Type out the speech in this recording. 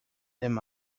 them